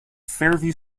fairview